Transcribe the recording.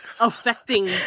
Affecting